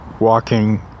walking